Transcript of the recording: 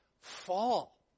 fall